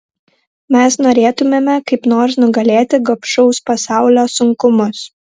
mes norėtumėme kaip nors nugalėti gobšaus pasaulio sunkumus